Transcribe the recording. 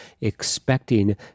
expecting